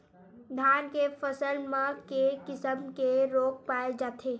धान के फसल म के किसम के रोग पाय जाथे?